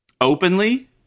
Openly